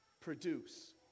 produce